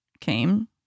came